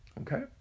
okay